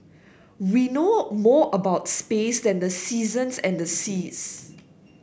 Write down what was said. we know more about space than the seasons and the seas